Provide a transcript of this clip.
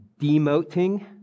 demoting